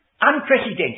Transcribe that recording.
unprecedented